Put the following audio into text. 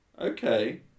Okay